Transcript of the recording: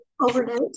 overnight